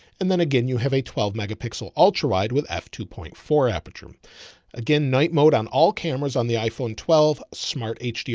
and then again, you have a twelve megapixel ultra ride with f two point four aperture again, night mode on all cameras on the iphone, twelve smart hdr,